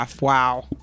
Wow